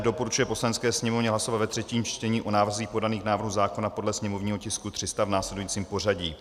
Doporučuje Poslanecké sněmovně hlasovat ve třetím čtení o návrzích podaných k návrhu zákona podle sněmovního tisku 300 v následujícím pořadí: